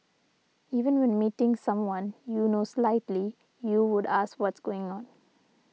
even when meeting someone you know slightly you would ask what's going on